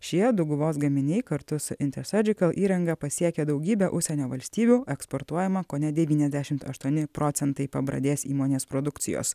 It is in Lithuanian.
šie dauguvos gaminiai kartu su intersurgical įranga pasiekia daugybę užsienio valstybių eksportuojama kone devyniasdešimt aštuoni procentai pabradės įmonės produkcijos